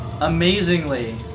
Amazingly